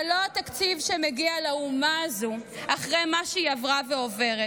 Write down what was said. זה לא התקציב שמגיע לאומה הזו אחרי מה שהיא עברה ועוברת.